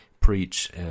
preach